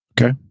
Okay